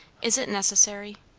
is it necessary?